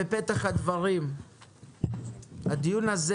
הדיון הזה